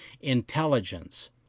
Intelligence